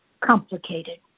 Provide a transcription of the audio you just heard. complicated